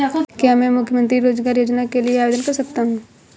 क्या मैं मुख्यमंत्री रोज़गार योजना के लिए आवेदन कर सकता हूँ?